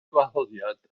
gwahoddiad